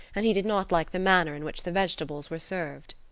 and he did not like the manner in which the vegetables were served.